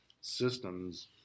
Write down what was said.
systems